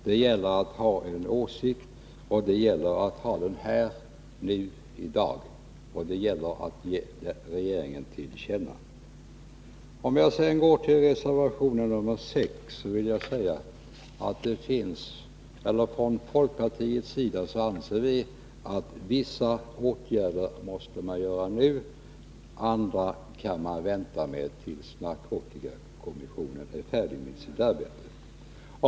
Det gäller att ha en åsikt, och det gäller att ha den nu i dag. Det gäller vidare att ge regeringen detta till känna. Om jag går till reservation 6 vill jag säga att vi från folkpartiets sida anser att vissa åtgärder måste vidtas nu — andra kan man vänta med tills narkotikakommissionen är färdig med sitt arbete.